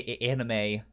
anime